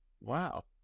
Wow